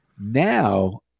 Now